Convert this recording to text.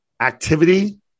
activity